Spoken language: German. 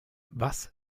was